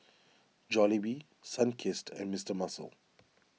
Jollibee Sunkist and Mister Muscle